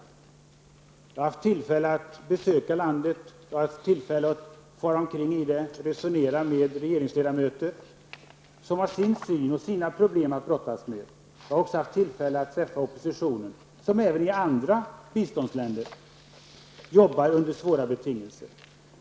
Jag har själv haft tillfälle att besöka Uganda och att resa omkring i det landet. Jag har då resonerat med regeringsledamöter, som har sin syn på dessa saker och sina problem att brottas med. Vidare har jag haft tillfälle att träffa företrädare för oppositionen -- som i Uganda, liksom är fallet i andra biståndsländer, jobbar under svåra betingelser.